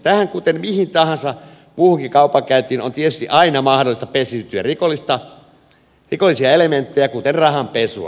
tähän kuten mihin tahansa muuhunkin kaupankäyntiin on tietysti aina mahdollista pesiytyä rikollisia elementtejä kuten rahanpesua